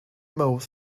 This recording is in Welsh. mawrth